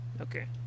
Okay